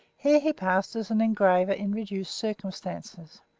here he passed as an engraver in reduced circumstances.